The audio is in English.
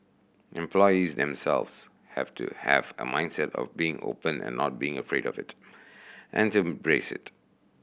employees themselves have to have a mindset of being open and not being afraid of it and to embrace it